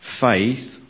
faith